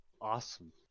awesome